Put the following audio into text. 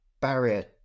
barrier